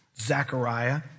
Zechariah